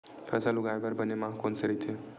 फसल उगाये बर बने माह कोन से राइथे?